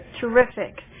Terrific